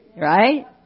Right